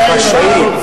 הפרד ומשול,